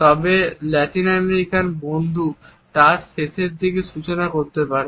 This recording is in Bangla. তবে লাতিন আমেরিকান বন্ধু তার শেষের দিকে সূচনা করতে পারে